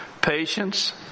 patience